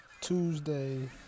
Tuesday